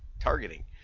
targeting